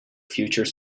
future